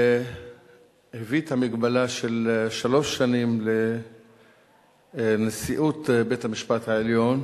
הביא את המגבלה של שלוש שנים לנשיאות בית-המשפט העליון,